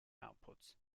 outputs